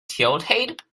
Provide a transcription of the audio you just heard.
tilted